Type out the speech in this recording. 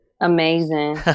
amazing